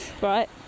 right